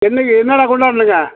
என்றைக்கி என்னென்ன கொண்டாருணுங்க